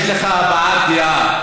יש לך הבעת דעה.